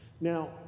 Now